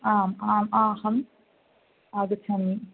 आम् आम् अहम् आगच्छामि